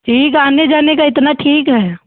ठीक आने जाने का इतना ठीक है